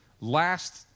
last